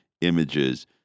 images